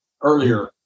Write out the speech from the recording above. earlier